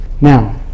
Now